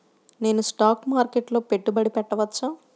నేను స్టాక్ మార్కెట్లో పెట్టుబడి పెట్టవచ్చా?